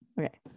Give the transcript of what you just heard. Okay